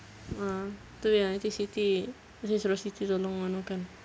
ah tu yang nanti siti nanti suruh siti tolong anokan